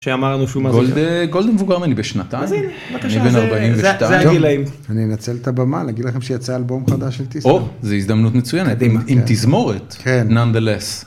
שאמרנו שהוא מזוכר, גולד מבוגר מני בשנתיים, אני בן 42. אני אנצל את הבמה, אני אגיד לכם שיצא אלבום חדש של תזמור. זה הזדמנות מצויינת, עם תזמורת? כן. נון דה לס